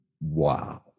wow